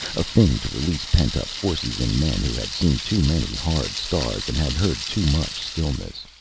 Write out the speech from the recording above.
a thing to release pent-up forces in men who had seen too many hard stars, and had heard too much stillness.